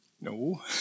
No